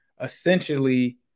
essentially